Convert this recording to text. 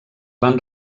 van